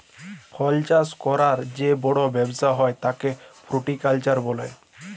ফল চাষ ক্যরার যে বড় ব্যবসা হ্যয় তাকে ফ্রুটিকালচার বলে